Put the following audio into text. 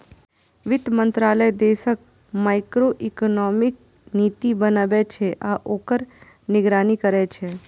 वित्त मंत्रालय देशक मैक्रोइकोनॉमिक नीति बनबै छै आ ओकर निगरानी करै छै